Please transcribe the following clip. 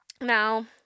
Now